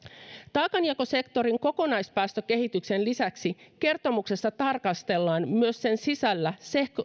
taakanjakosektorin kokonaispäästökehityksen lisäksi kertomuksessa tarkastellaan myös sen sisällä